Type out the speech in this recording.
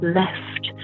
left